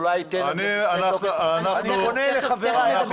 אולי --- אנחנו --- אני פונה לחבריי.